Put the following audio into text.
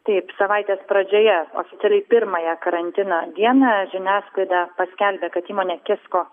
taip savaitės pradžioje oficialiai pirmąją karantino dieną žiniasklaida paskelbė kad įmonė kisko